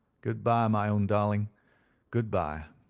good-bye, my own darling good-bye.